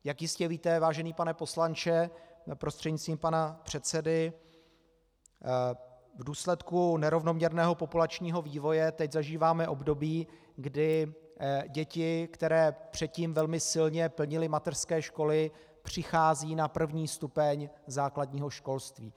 Jak jistě víte, vážený pane poslanče, prostřednictvím pana předsedy, v důsledku nerovnoměrného populačního vývoje teď zažíváme období, kdy děti, které předtím velmi silně plnily mateřské školy, přicházejí na první stupeň základního školství.